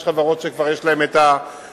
יש חברות שכבר יש להן מאגר.